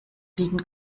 liegen